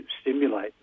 stimulate